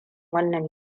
wannan